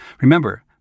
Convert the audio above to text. Remember